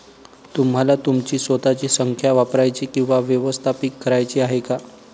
तुम्हाला तुमची स्वतःची संख्या वापरायची किंवा व्यवस्थापित करायची आहे का?